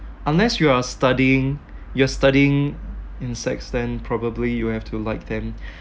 unless you are studying you're studying insects then probably you have to like them